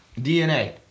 DNA